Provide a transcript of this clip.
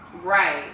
Right